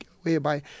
whereby